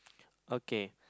okay